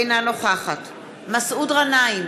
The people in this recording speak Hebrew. אינה נוכחת מסעוד גנאים,